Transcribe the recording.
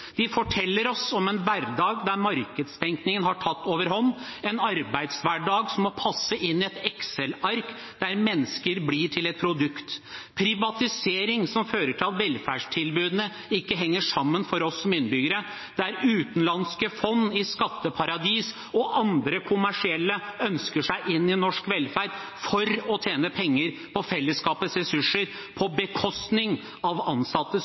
De forteller oss om en hverdag der markedstenkningen har tatt overhånd, en arbeidshverdag som må passe inn i et Excel-ark, der mennesker blir til et produkt, privatisering som fører til at velferdstilbudene ikke henger sammen for oss som innbyggere, der utenlandske fond i skatteparadiser og andre kommersielle ønsker seg inn i norsk velferd for å tjene penger på fellesskapets ressurser på bekostning av